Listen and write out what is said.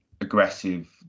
aggressive